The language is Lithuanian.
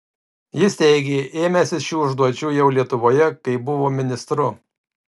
jis teigė ėmęsis šių užduočių jau lietuvoje kai buvo ministru